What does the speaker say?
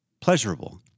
pleasurable